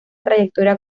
trayectoria